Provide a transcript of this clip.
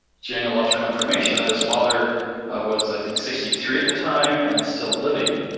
genealogical information that his father was i think sixty three at the time and still living,